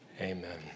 Amen